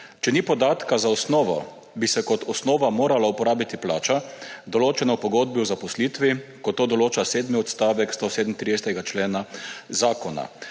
Če ni podatka za osnovo, bi se kot osnova morala uporabiti plača, določena v pogodbi o zaposlitvi, kot to določa sedmi odstavek 137. člena zakona.